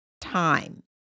Time